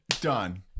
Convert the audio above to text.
Done